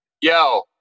Yo